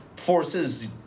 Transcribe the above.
forces